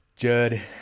Judd